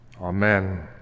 Amen